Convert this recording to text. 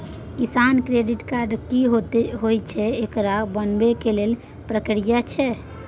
किसान credit card की होयत छै आ एकरा बनाबै के की प्रक्रिया छै?